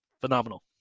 phenomenal